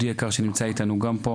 - יהודי יקר שנמצא איתנו פה,